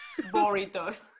Burritos